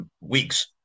weeks